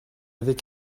avait